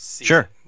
Sure